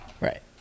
Right